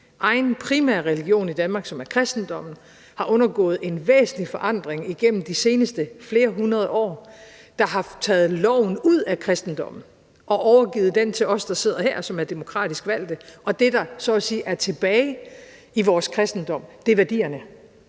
egen primære religion i Danmark, som er kristendommen, har undergået en væsentlig forandring igennem de seneste flere hundrede år, der har taget loven ud af kristendommen og overgivet den til os, der sidder her, som er demokratisk valgt. Det, der så at sige er tilbage i vores kristendom, er værdierne